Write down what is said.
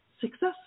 Success